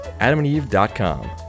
adamandeve.com